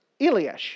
Eliash